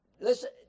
listen